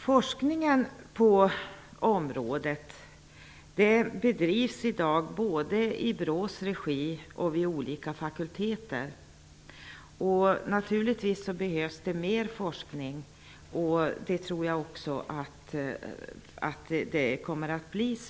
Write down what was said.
Forskningen på området bedrivs i dag både i BRÅ:s regi och vid olika fakulteter. Naturligtvis behövs det mer forskning, vilket jag tror att det också kommer att bli.